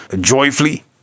joyfully